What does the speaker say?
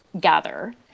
gather